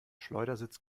schleudersitz